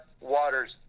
waters